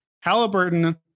Halliburton